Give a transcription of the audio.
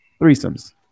Threesomes